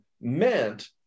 meant